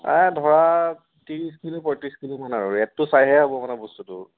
ধৰা ত্ৰিশ কিলো পঁয়ত্ৰিছ কিলোমান আৰু ৰেটটো চাইহে হ'ব মানে বস্তুটো